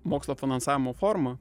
mokslo finansavimo forma